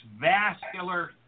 vascular